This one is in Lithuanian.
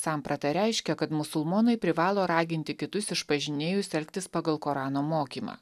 samprata reiškia kad musulmonai privalo raginti kitus išpažinėjus elgtis pagal korano mokymą